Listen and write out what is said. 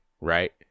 right